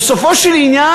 בסופו של עניין,